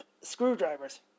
screwdrivers